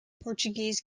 portuguese